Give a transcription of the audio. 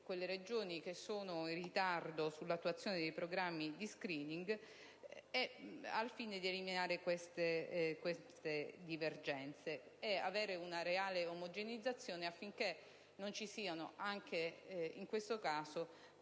quelle Regioni che sono in ritardo sull'attuazione dei programmi di *screening*, al fine di eliminare queste divergenze ed avere una reale omogeneizzazione, affinché non ci siano anche in questo caso